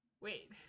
wait